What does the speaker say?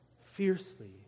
fiercely